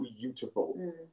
beautiful